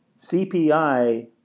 CPI